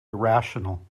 irrational